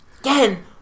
again